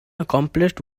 accomplished